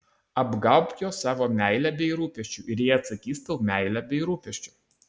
apgaubk juos savo meile bei rūpesčiu ir jie atsakys tau meile bei rūpesčiu